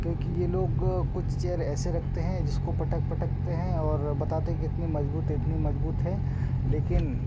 क्योंकि ये लोग कुछ चेयर ऐसे रखते हैं जिसको पटक पटकते हैं और बताते हैं कि इतनी मज़बूत इतनी मज़बूत है लेकिन